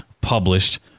published